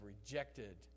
rejected